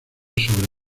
sobre